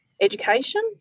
education